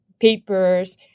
papers